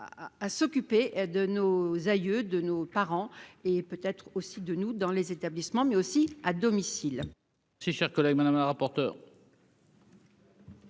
à s'occuper de nos aïeux de nos parents et peut-être aussi de nous dans les établissements mais aussi à domicile. Si cher collègue Madame la rapporteure.